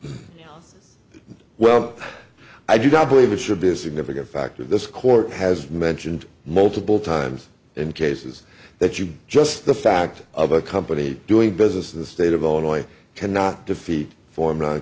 the well i do not believe it should be a significant factor this court has mentioned multiple times and cases that you just the fact of a company doing business in the state of illinois cannot defeat for